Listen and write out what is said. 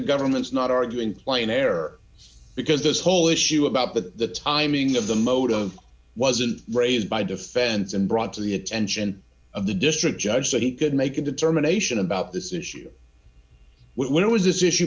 government's not argue in plain error because this whole issue about the timing of the modem wasn't raised by defense and brought to the attention of the district judge so he could make a determination about this issue when it was this issue